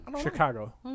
Chicago